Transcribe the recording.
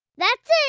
that's it.